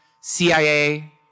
CIA